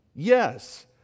yes